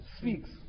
speaks